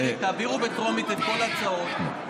תעבירו בטרומית את כל ההצעות.